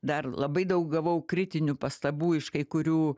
dar labai daug gavau kritinių pastabų iš kai kurių